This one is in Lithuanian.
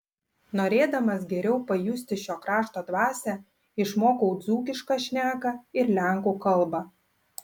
norėdamas geriau pajusti šio krašto dvasią išmokau dzūkišką šneką ir lenkų kalbą